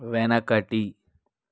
వెనకటి